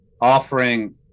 offering